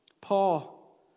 Paul